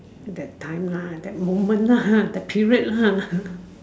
that time lah that moment lah that period lah